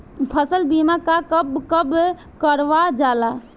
फसल बीमा का कब कब करव जाला?